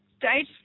date